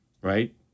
right